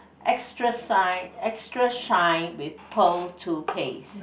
extra sign extra shine with pearl toothpaste